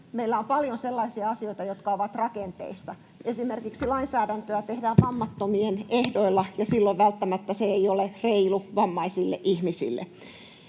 Meillä on paljon sellaisia asioita, jotka ovat rakenteissa. Esimerkiksi lainsäädäntöä tehdään vammattomien ehdoilla, ja silloin se ei välttämättä ole reilu vammaisille ihmisille.